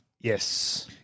Yes